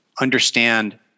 understand